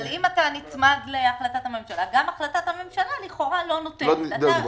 אבל אם אתה נצמד להחלטת הממשלה גם החלטת הממשלה לכאורה לא נותנת.